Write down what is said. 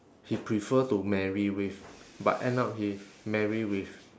she prefer to marry with but end up she marry with